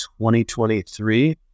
2023